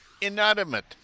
inanimate